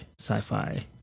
sci-fi